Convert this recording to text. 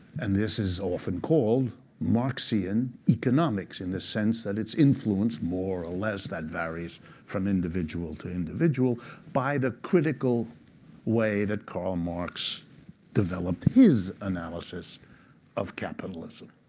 and this is often called marxian economics, in the sense that it's influenced more or less that varies from individual to individual by the critical way that karl marx developed his analysis of capitalism.